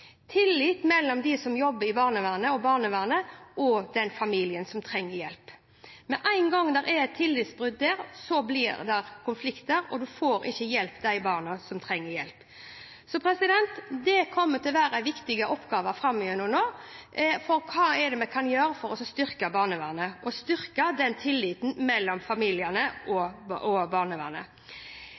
tillit – tillit mellom dem som jobber i barnevernet, barnevernet og den familien som trenger hjelp. Med en gang det er et tillitsbrudd der, blir det konflikter, og man får ikke hjulpet de barna som trenger hjelp. Så det kommer til å være en viktig oppgave framover nå, for hva kan vi gjøre for å styrke barnevernet og styrke tilliten mellom familiene og